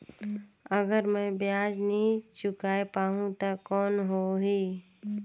अगर मै ब्याज नी चुकाय पाहुं ता कौन हो ही?